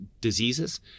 diseases